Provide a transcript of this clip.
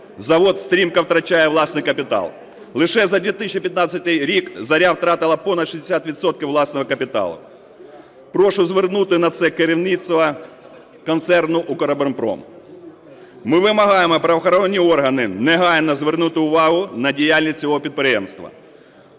завод стрімко втрачає власний капітал. Лише за 2015 рік "Зоря" втратила понад 60 відсотків власного капіталу. Прошу звернути на це керівництво концерну "Укроборонпром". Ми вимагаємо правоохоронні органи негайно звернути увагу на діяльність цього підприємства.